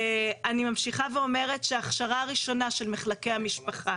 אני ממשיכה ואומרת שהכשרה ראשונה של מחלקי המשפחה